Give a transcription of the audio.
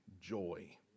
joy